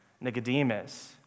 Nicodemus